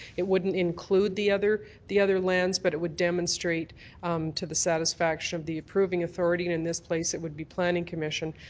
it wouldn't include the other the other lands but it would demonstrate to the satisfaction of the approvalling authority and in this place it would be planning commission,